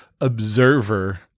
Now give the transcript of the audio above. observer